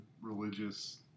religious